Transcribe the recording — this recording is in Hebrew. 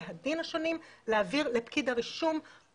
אתה תכתוב את הדברים ואני אעביר אותם ואתה לא תאשים בהאשמות כאלה.